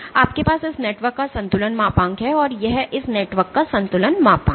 आपके पास इस नेटवर्क का संतुलन मापांक है यह इस नेटवर्क का संतुलन मापांक है